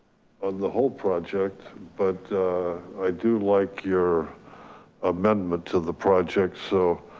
of the whole project, but i do like your amendment to the project. so